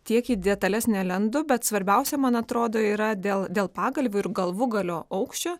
tiek į detales nelendu bet svarbiausia man atrodo yra dėl dėl pagalvių ir galvūgalio aukščio